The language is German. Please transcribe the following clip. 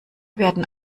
werden